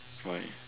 why